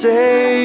Say